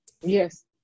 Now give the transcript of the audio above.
yes